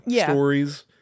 stories